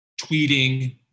tweeting